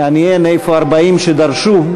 מעניין איפה ה-40 שדרשו.